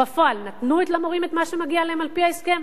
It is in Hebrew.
בפועל נתנו למורים את מה שמגיע להם לפי ההסכם?